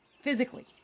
physically